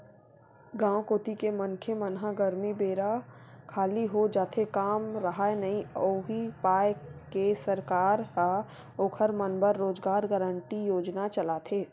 गाँव कोती के मनखे मन ह गरमी बेरा खाली हो जाथे काम राहय नइ उहीं पाय के सरकार ह ओखर मन बर रोजगार गांरटी योजना चलाथे